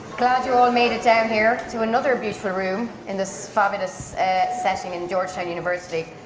glad you all made it down here to another beautiful room, in this fabulous setting in georgetown university.